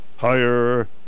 Higher